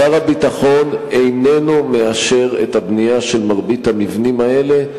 שר הביטחון איננו מאשר את הבנייה של מרבית המבנים האלה.